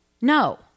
No